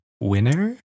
winner